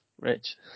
Rich